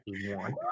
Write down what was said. one